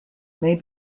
may